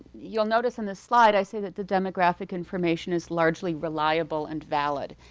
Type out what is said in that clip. you'll notice on this slide, i say that the demographic information is largely reliable and valid.